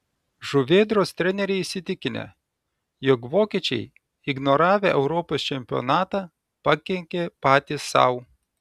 žuvėdros treneriai įsitikinę jog vokiečiai ignoravę europos čempionatą pakenkė patys sau